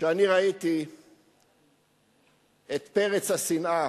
כשאני ראיתי את פרץ השנאה